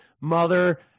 mother